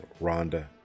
Rhonda